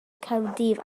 caerdydd